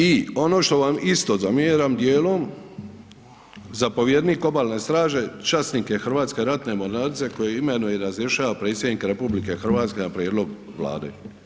I ono što vam isto zamjeram dijelom, zapovjednik Obalne straže časnik je Hrvatske ratne mornarice kojeg imenuje i razrješava predsjednik RH na prijedlog Vlade.